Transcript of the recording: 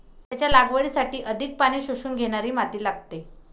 त्याच्या लागवडीसाठी अधिक पाणी शोषून घेणारी माती लागते